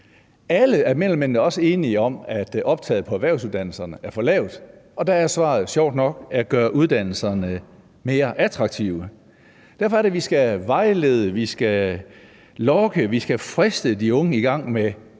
Alle er mere eller mindre også enige om, at optaget på erhvervsuddannelserne er for lavt, og der er svaret jo sjovt nok at gøre uddannelserne mere attraktive. Det er derfor, vi skal vejlede, vi skal lokke, vi skal friste de unge i gang med